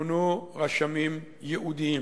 ימונו רשמים ייעודיים.